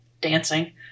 dancing